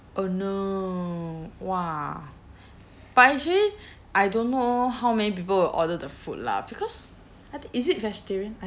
oh no !wah! but actually I don't know how many people will order the food lah because I think is it vegeterian I